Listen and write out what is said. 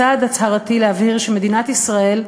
צעד הצהרתי להבהיר שמדינת ישראל,